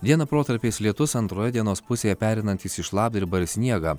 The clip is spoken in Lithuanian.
dieną protarpiais lietus antroje dienos pusėje pereinantis į šlapdribą ir sniegą